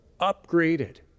upgraded